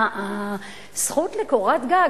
הזכות לקורת גג,